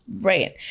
right